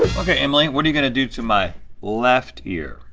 okay emily, what are you gonna do to my left ear?